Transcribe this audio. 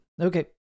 Okay